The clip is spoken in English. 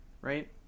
right